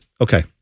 Okay